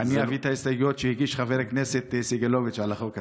אני אביא את ההסתייגויות שהביא חבר הכנסת סגלוביץ' על החוק הזה.